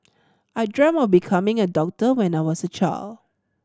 I dreamt of becoming a doctor when I was a child